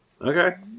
Okay